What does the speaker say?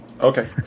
Okay